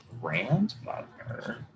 grandmother